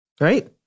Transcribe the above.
right